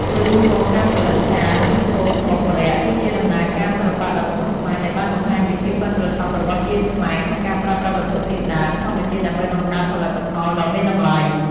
ជារួមមក ការផលិតចាន និងថូខ្មុកម្រ័ក្សណ៍គឺជាដំណើរការសិល្បៈដ៏ស្មុគស្មាញដែលបានបង្ហាញពីភាពប៉ិនប្រសប់របស់ជាងខ្មែរក្នុងការប្រើប្រាស់វត្ថុធាតុដើមធម្មជាតិដើម្បីបង្កើតផលិតផលដ៏មានតម្លៃ។